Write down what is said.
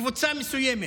קבוצה מסוימת.